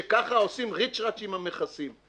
שככה עושים ריצ'רץ' עם המכסים.